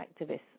activists